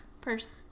purse